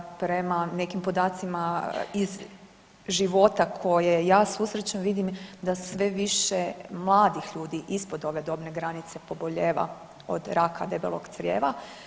Prema nekim podacima iz života koje ja susrećem vidim da sve više mladih ljudi ispod ove dobne granice pobolijeva od raka debelog crijeva.